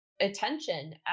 attention